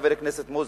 חבר הכנסת מוזס.